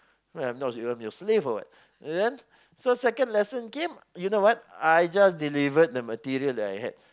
I'm not even your slave or what then so second lesson came you know what I just delivered the materials that I have